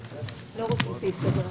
הישיבה נעולה.